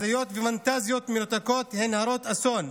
הזיות ופנטזיות מנותקות הן הרות אסון.